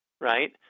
Right